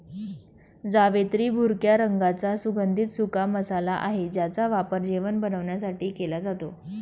जावेत्री भुरक्या रंगाचा सुगंधित सुका मसाला आहे ज्याचा वापर जेवण बनवण्यासाठी केला जातो